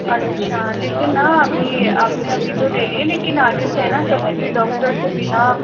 अच्छा लेकिन न अभी आपने अभी तो ले ली है लेकिन आगे से न कभी भी डॉक्टर के बिना